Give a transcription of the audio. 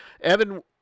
Evan